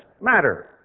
matter